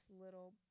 little